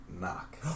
knock